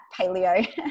paleo